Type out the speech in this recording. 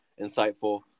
insightful